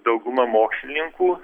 dauguma mokslininkų